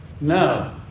No